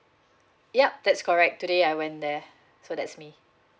yup that's correct today I went there so that's me